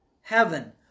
heaven